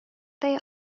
they